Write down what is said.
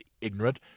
ignorant